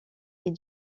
est